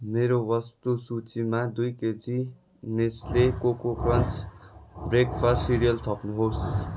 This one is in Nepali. मेरो वस्तु सूचीमा दुई KG Nestle coco crunch breakfast cereal थप्नुहोस्